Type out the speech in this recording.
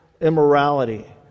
immorality